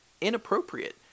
inappropriate